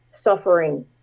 suffering